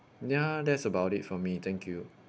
ya that's about it from me thank you